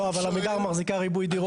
לא, אבל עמידר מחזיקה ריבוי דירות.